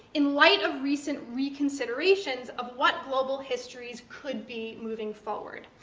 in light of recent reconsiderations of what global histories could be, moving forward.